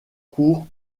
court